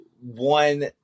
one